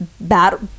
Battle